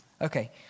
Okay